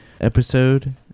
Episode